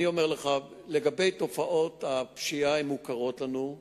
אני אומר לך, לגבי תופעות הפשיעה, הן מוכרות לנו.